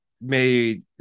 made